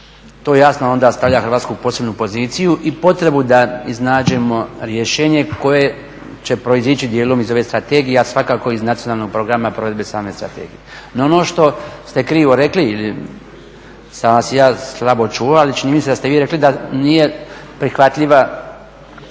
To jasno onda stavlja Hrvatsku u posebnu poziciju i potrebu da iznađemo rješenje koje će proizići dijelom iz ove strategije, a svakako iz Nacionalnog programa provedbe same strategije. No, ono što ste krivo rekli ili sam vas ja slabo čuo, ali čini mi se da ste vi rekli da nije prihvatljivo